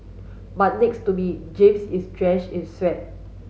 but next to me James is drenched in sweat